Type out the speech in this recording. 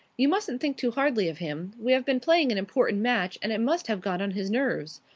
you mustn't think too hardly of him. we have been playing an important match, and it must have got on his nerves.